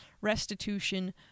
restitution